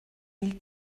ils